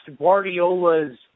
Guardiola's